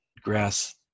grass